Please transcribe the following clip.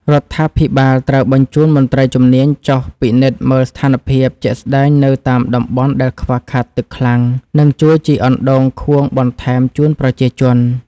រដ្ឋាភិបាលត្រូវបញ្ជូនមន្ត្រីជំនាញចុះពិនិត្យមើលស្ថានភាពជាក់ស្តែងនៅតាមតំបន់ដែលខ្វះខាតទឹកខ្លាំង និងជួយជីកអណ្តូងខួងបន្ថែមជូនប្រជាជន។